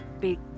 big